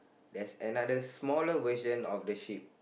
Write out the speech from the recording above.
there's a other smaller version of the sheep